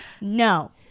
no